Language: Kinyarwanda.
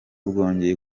bwongeye